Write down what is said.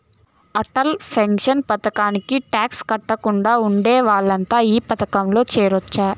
Atal pension పథకానికి tax కట్టకుండా ఉండే వాళ్లంతా ఈ పథకంలో చేరొచ్చు